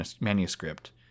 manuscript